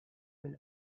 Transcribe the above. will